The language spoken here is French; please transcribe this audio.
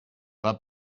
pas